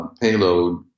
payload